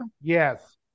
Yes